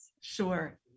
sure